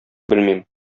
белмим